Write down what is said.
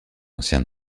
ancien